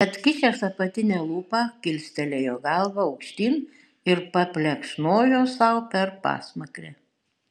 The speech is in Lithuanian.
atkišęs apatinę lūpą kilstelėjo galvą aukštyn ir paplekšnojo sau per pasmakrę